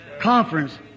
Conference